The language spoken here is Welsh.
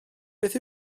beth